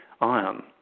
iron